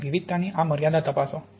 અને વિવિધતાની આ મર્યાદા તપાસો